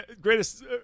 greatest